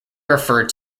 referred